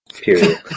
Period